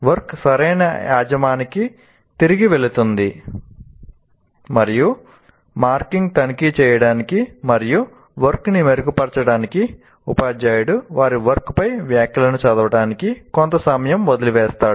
work సరైన యజమానికి తిరిగి వెళుతుంది మరియు మార్కింగ్ తనిఖీ చేయడానికి మరియు వర్క్ ని మెరుగుపరచడానికి ఉపాధ్యాయుడు వారి వర్క్ పై వ్యాఖ్యలను చదవడానికి కొంత సమయం వదిలివేస్తుంది